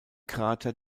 krater